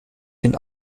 den